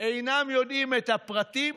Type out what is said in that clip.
אינם יודעים את הפרטים,